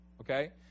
Okay